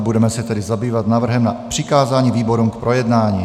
Budeme se tedy zabývat návrhem na přikázání výborům k projednání.